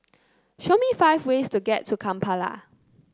show me five ways to get to Kampala